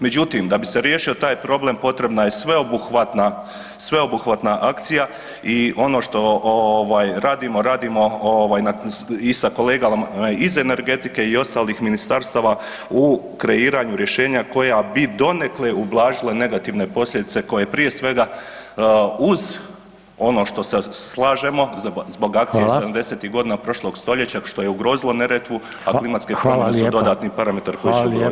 Međutim, da bi se riješio taj problem, potrebna je sveobuhvatna akcija i ono što ovaj, radimo, radimo i sa kolegama iz energetike i ostalih ministarstava u kreiranju rješenja koja bi donekle ublažila negativne posljedice koje, prije svega, uz ono što se slažemo, zbog akcije 70-ih godina [[Upadica: Hvala.]] prošlog stoljeća, što je ugrozilo Neretvu, a klimatske promjene [[Upadica: Hvala lijepa.]] su dodatni parametar koji će je ugroziti.